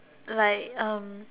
like um